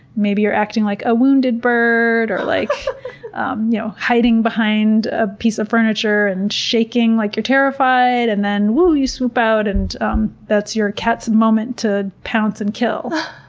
maybe you're acting like a wounded bird, or like um you know hiding behind a piece of furniture and shaking like you're terrified and then, woo! you swoop out and um that's your cat's moment to pounce and kill.